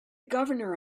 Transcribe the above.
governor